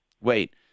Wait